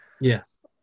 yes